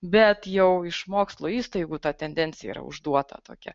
bet jau iš mokslo įstaigų ta tendencija yra užduota tokia